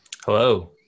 Hello